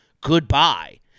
Goodbye